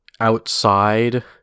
outside